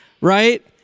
right